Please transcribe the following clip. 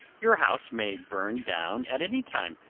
your house may burn down at any time.